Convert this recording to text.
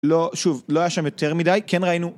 לא, שוב, לא היה שם יותר מדי, כן ראינו